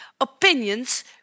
opinions